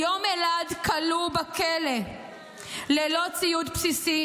כיום אלעד כלוא בכלא ללא ציוד בסיסי,